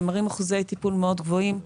הם מראים אחוזי טיפול מאוד גבוהים.